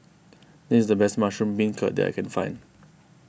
this is the best Mushroom Beancurd that I can find